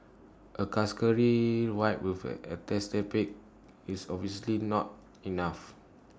A cursory wipe with A antiseptic is obviously not enough